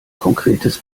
konkretes